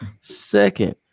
Second